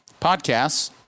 podcasts